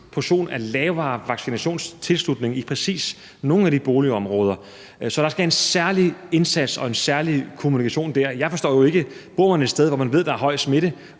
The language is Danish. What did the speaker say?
grad af lavere vaccinationstilslutning i præcis nogle af de boligområder. Så der skal en særlig indsats og en særlig kommunikation til der. Jeg forstår det jo ikke. Bor man et sted, hvor man ved der er høj smitte